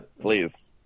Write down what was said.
Please